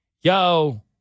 yo